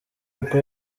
uko